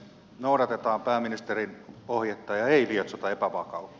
noudatetaan pääministerin ohjetta ja ei lietsota epävakautta